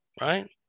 right